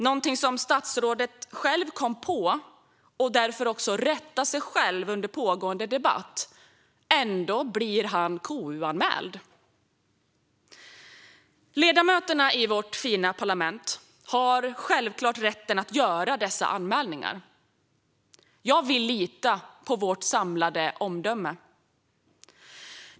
Det är något som statsrådet själv kom på och därför också själv rättade under pågående debatt. Ändå blir han KU-anmäld! Ledamöterna i vårt fina parlament har självklart rätt att göra dessa anmälningar, men jag vill lita på vårt samlade omdöme.